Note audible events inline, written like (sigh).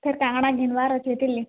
ସେ ଟଙ୍କାଟା ଘିନ୍ବାର ଅଛି (unintelligible)